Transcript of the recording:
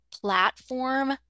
platform